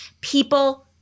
people